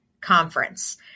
conference